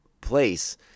place